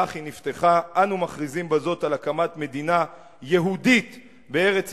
כך היא נפתחה: "אנו מכריזים בזאת על הקמת מדינה יהודית בארץ-ישראל,